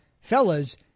fellas